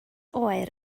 oer